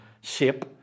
shape